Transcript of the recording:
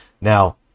Now